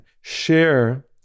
share